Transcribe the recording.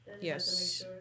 Yes